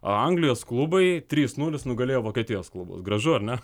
anglijos klubai trys nulis nugalėjo vokietijos klubus gražu ar ne